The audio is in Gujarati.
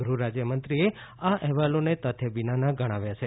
ગૃહરાજ્યમંત્રીએ આ અહેવાલોને તથ્ય વિનાનાં ગણાવ્યા છે